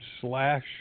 slash